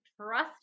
trust